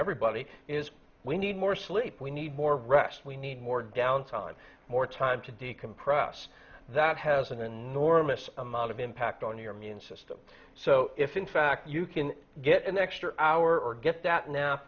everybody is we need more sleep we need more rest we need more downtime more time to decompress that has an enormous amount of impact on your immune system so if in fact you can get an extra hour or get that now